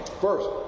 First